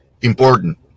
important